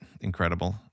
Incredible